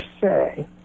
say